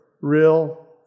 real